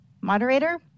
Moderator